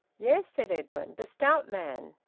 yes, said edwin, the stout man.